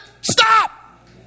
Stop